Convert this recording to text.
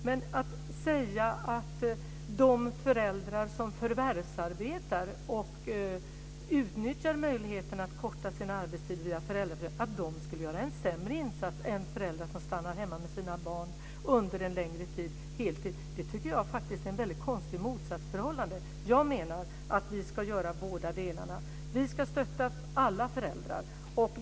Men att säga att de föräldrar som förvärvsarbetar och utnyttjar möjligheten att förkorta sin arbetstid via föräldraförsäkringen skulle göra en sämre insats än föräldrar som stannar hemma med sina barn under en längre tid på heltid tycker jag är väldigt konstigt. Jag menar att vi ska göra båda delarna. Vi ska stötta alla föräldrar.